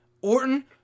Orton